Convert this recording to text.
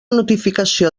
notificació